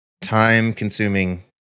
time-consuming